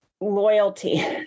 loyalty